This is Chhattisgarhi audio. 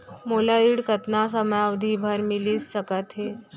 मोला ऋण कतना समयावधि भर मिलिस सकत हे?